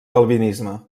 calvinisme